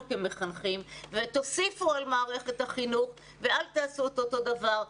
כמחנכים ותוסיפו על מערכת החינוך ואל תעשו את אותו דבר,